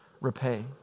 repay